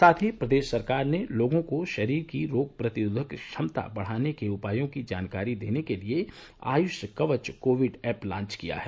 साथ ही प्रदेश सरकार ने लोगों को शरीर की रोग प्रतिरोधक क्षमता बढ़ाने के उपायों की जानकारी देने के लिए AYUSH Kavach Covid app launch किया है